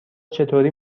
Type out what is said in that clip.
چطوری